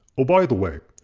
oh by the way,